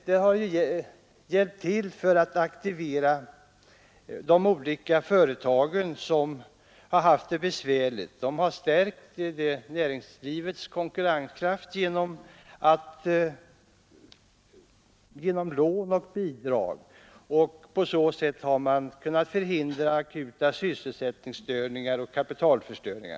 Det har ju medverkat till att aktivera olika företag som haft det besvärligt. Man har genom lån och bidrag stärkt näringslivets konkurrenskraft, och på så sätt har man kunnat förhindra akuta sysselsättningskriser och kapitalförstöring.